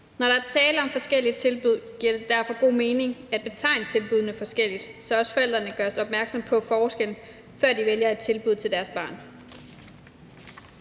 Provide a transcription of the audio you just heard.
Når der er tale om forskellige tilbud, giver det derfor god mening at betegne tilbuddene forskelligt, så også forældrene gøres opmærksom på forskellen, før de vælger et tilbud til deres barn.